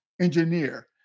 engineer